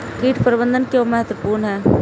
कीट प्रबंधन क्यों महत्वपूर्ण है?